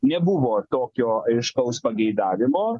nebuvo tokio aiškaus pageidavimo